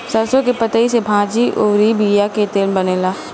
सरसों के पतइ से भाजी अउरी बिया के तेल बनेला